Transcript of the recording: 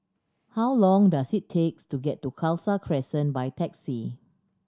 how long does it takes to get to Khalsa Crescent by taxi